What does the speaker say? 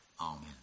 Amen